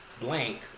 blank